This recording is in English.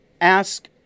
ask